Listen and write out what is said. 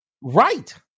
Right